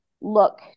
look